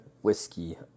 Whiskey